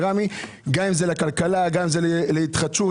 אם לכלכלה ואם להתחדשות,